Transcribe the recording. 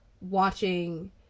watching